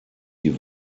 die